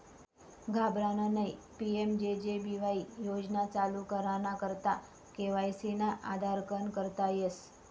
घाबरानं नयी PMJJ BY योजना चालू कराना करता के.वाय.सी ना आधारकन करता येस